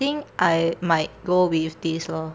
think I might go with this lor